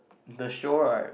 the show right